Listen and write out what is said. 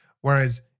whereas